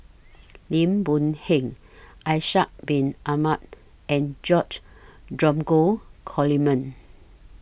Lim Boon Heng Ishak Bin Ahmad and George Dromgold Coleman